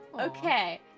Okay